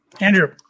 Andrew